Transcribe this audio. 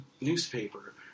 newspaper